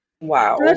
Wow